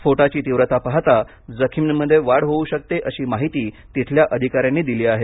स्फोटाची तीव्रता पाहता जखमींमध्ये वाढ होऊ शकते अशी माहिती तिथल्या अधिकाऱ्यानी दिली आहे